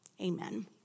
Amen